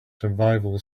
survival